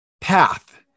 path